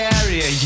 area